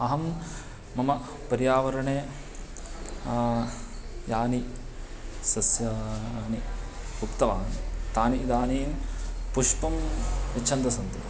अहं मम पर्यावरणे यानि सस्यानि उक्तवान् तानि इदानीं पुष्पम् यच्छन्तस्सन्ति